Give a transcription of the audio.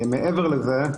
מעבר לזה,